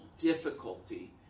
difficulty